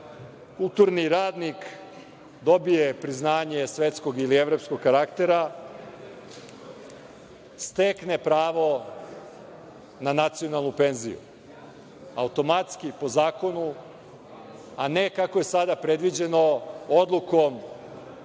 kulturni radnik dobije priznanje svetskog ili evropskog karaktera stekne pravo na nacionalnu penziju. Automatski po zakonu, a ne kako je sada predviđeno odlukom